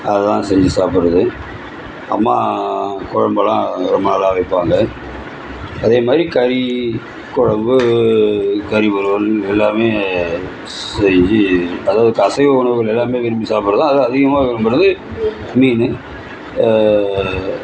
அதை தான் செஞ்சு சாப்புடுறது அம்மா குழம்பெல்லாம் ரொம்ப நல்லா வைப்பாங்க அதே மாதிரி கறி குழம்பு கறி வறுவல் எல்லாமே செஞ்சு தரும் இப்போ அசைவ உணவுகள் எல்லாமே விரும்பி சாப்புடுற தான் அதுவும் அதிகமாக விரும்புறது மீனு